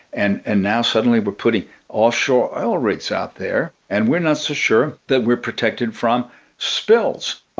and and now suddenly we're putting offshore oil rigs out there and we're not so sure that we're protected from spills